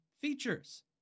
features